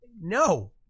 no